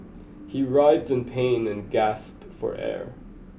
he writhed in pain and gasped for air